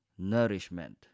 Nourishment